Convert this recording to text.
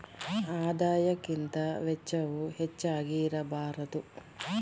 ಆದಾಯಕ್ಕಿಂತ ವೆಚ್ಚವು ಹೆಚ್ಚಾಗಿ ಇರಬಾರದು